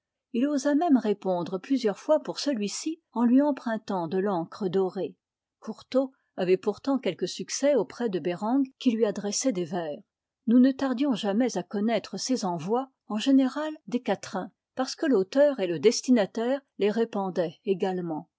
il osa même répondre plusieurs fois pour celui-ci en lui empruntant de l'encre dorée courtot avait pourtant quelque succès auprès debereng qui lui adressait des vers nous ne tardions jamais à connaître ces envois en général des quatrains parce que l'auteur et le destinataire les répandaient également